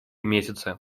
месяцы